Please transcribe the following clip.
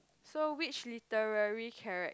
so which literary charac~